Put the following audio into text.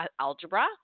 algebra